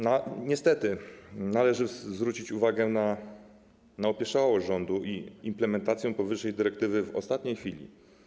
Niestety należy zwrócić uwagę na opieszałość rządu i implementację powyższej dyrektywy w ostatniej chwili.